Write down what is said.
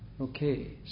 Okay